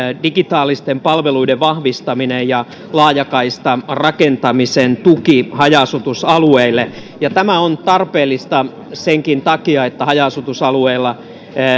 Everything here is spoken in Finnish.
digitaalisten palveluiden vahvistaminen ja laajakaistarakentamisen tuki haja asutusalueille ja tämä on tarpeellista senkin takia että haja asutusalueilla